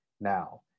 Now